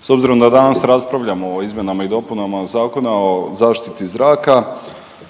s obzirom da danas raspravljamo o izmjenama i dopunama Zakona o zaštiti zraka